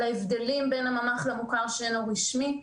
על ההבדלים בין הממ"ח למוכר שאינו רשמי,